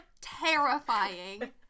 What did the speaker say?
terrifying